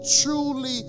truly